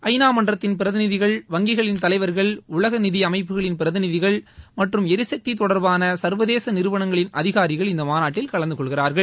ஐநா மன்றத்தின் பிரதிநிதிகள் வங்கிகளின் தலைவர்கள் உலக நிதி அமைப்புகளின் பிரதிநிதிகள் மற்றம் ளிசக்தி தொடர்பான சர்வதேச நிறுவனங்களின் அதிகாரிகள் இந்த மாநாட்டில் கலந்து கொள்கிறா்கள்